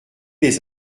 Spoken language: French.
les